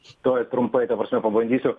tuoj trumpai ta prasme pabandysiu